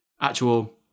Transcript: actual